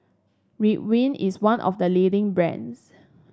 ridwind is one of the leading brands